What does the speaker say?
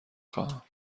خواهم